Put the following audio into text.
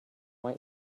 white